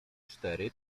cztery